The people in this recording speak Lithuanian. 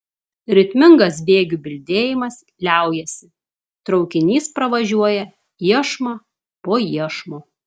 ritmingas bėgių bildėjimas liaujasi traukinys pravažiuoja iešmą po iešmo